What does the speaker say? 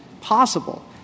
possible